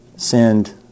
Send